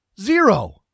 Zero